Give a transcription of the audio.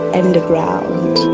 underground